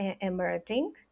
emerging